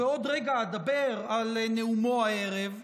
ובעוד רגע אדבר על נאומו הערב,